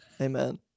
Amen